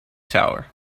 tower